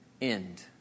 end